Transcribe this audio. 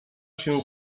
się